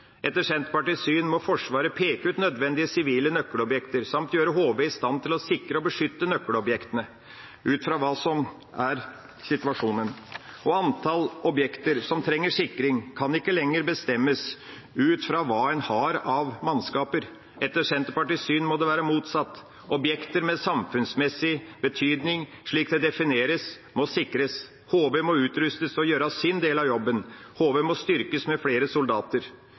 Etter Senterpartiets syn må Forsvaret peke ut nødvendige sivile nøkkelobjekter samt gjøre HV i stand til å sikre og beskytte nøkkelobjektene ut fra hva som er situasjonen. Antall objekter som trenger sikring, kan ikke lenger bestemmes ut fra hva en har av mannskaper. Etter Senterpartiets syn må det være motsatt: Objekter med samfunnsmessig betydning, slik det defineres, må sikres. HV må utrustes til å gjøre sin del av jobben. HV må styrkes med flere soldater.